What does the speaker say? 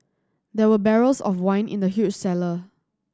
there were barrels of wine in the huge cellar